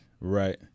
Right